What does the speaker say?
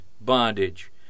bondage